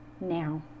now